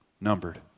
Numbered